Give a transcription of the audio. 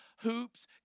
hoops